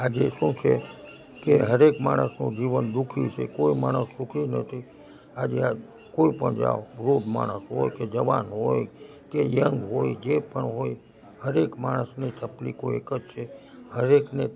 આજે શું છે કે દરેક માણસનું જીવન દુઃખી છે કોઈ માણસ સુખી નથી આજે આ કોઈ પણ જાવ વૃદ્ધ માણસ હોય કે જવાન હોય કે યંગ હોય જે પણ હોય દરેક માણસની તકલીફો એક જ છે દરેકને